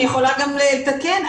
אני יכולה גם לתקן.